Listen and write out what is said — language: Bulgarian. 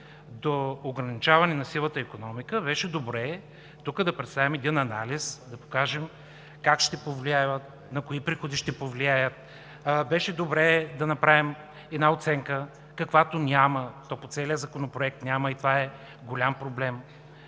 до ограничаване на сивата икономика, беше добре тук да представим анализ, да покажем как ще повлияят, на кои приходи ще повлияят. Също така беше добре да направим една оценка, каквато няма – по целия Законопроект няма, и това е голям проблем.